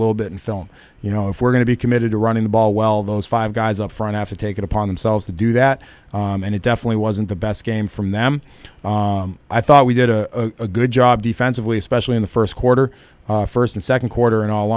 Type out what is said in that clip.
little bit in film you know if we're going to be committed to running the ball well those five guys up front have to take it upon themselves to do that and it definitely wasn't the best game from them i thought we did a good job defensively especially in the first quarter first and second quarter in all